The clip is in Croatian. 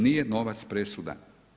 Nije novac presudan.